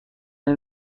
این